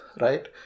right